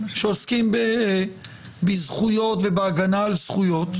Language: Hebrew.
שעוסקים בזכויות ובהגנה על זכויות,